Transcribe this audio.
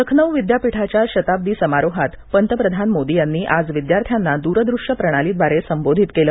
लखनऊ विद्यापीठाच्या शताब्दी समारोहात पंतप्रधान मोदी यांनी आज विद्यार्थ्यांना दूरदृश्यप्रणालीद्वारे संबोधीत केलं